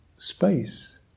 space